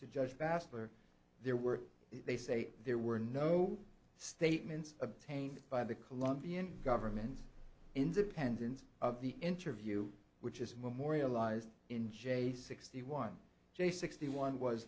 to judge bassler there were they say there were no statements obtained by the colombian government independent of the interview which is memorialized in j sixty one j sixty one was